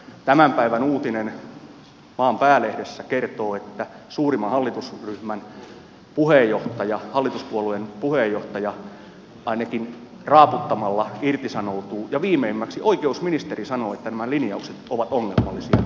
tämän päivän uutinen maan päälehdessä kertoo että suurimman hallitusryhmän puheenjohtaja hallituspuolueen puheenjohtaja ainakin raaputtamalla irtisanoutuu ja viimeimmäksi oikeusministeri sanoo että nämä linjaukset ovat ongelmallisia